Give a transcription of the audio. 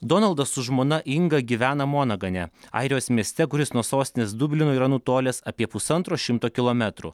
donaldas su žmona inga gyvena monagane airijos mieste kuris nuo sostinės dublino yra nutolęs apie pusantro šimto kilometrų